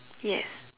yes